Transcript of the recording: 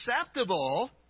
acceptable